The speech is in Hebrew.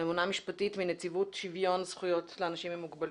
ממונה משפטית מנציבות שוויון זכויות לאנשים עם מוגבלות.